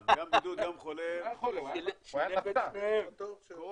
בקיצור, אנחנו מנסים לעטוף את הסיפור